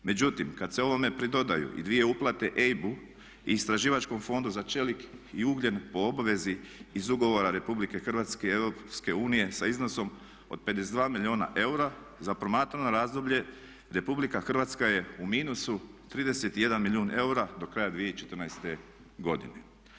Međutim, kad se ovome pridodaju i dvije uplate EIB-u, Istraživačkom fondu za čelik i ugljen po obavezi iz ugovora RH i EU sa iznosom od 52 milijuna eura, za promatrano razdoblje RH je u minusu 31 milijun eura do kraja 2014.godine.